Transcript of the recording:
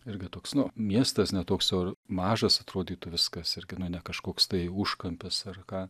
irgi toks nu miestas ne toks jau ir mažas atrodytų viskas irgi ne kažkoks tai užkampis ar ką